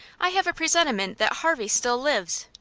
i have a presentiment that harvey still lives.